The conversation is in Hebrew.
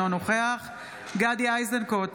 אינו נוכח גדי איזנקוט,